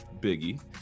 Biggie